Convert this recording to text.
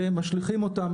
ומשליכים אותם.